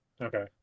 Okay